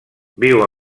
viu